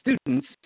students